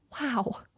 Wow